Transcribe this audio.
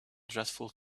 dreadful